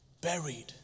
Buried